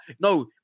No